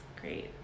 great